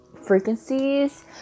frequencies